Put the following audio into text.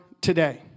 today